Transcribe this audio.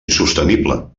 insostenible